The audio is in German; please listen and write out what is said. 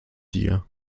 dir